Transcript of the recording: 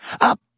Up